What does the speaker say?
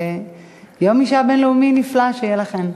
יום אישה בין-לאומי נפלא שיהיה לכן.